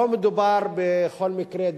לא מדובר בכל מקרה,